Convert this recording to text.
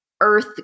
Earth